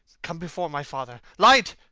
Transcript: come before my father light,